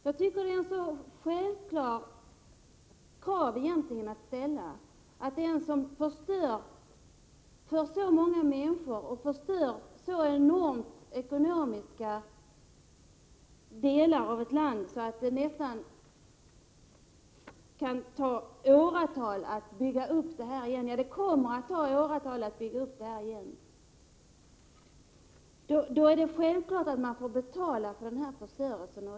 Jag tycker att det är självklart att den skall betala som förstör så mycket för så många människor och förstör för så enormt stora ekonomiska värden i ett land, att det kommer att ta många år att bygga upp det igen. Det är som sagt självklart att de skyldiga skall betala för denna förstörelse.